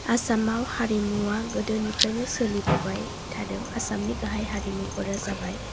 आसामआव हारिमुवा गोदोनिफ्रायनो सोलिबोबाय थादों आसामनि गाहाइ हारिमुफोरा जाबाय